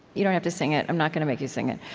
you don't have to sing it i'm not gonna make you sing it.